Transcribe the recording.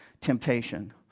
temptation